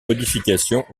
modifications